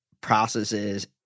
processes